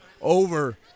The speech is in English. over